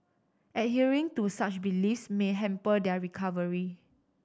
adhering to such beliefs may hamper their recovery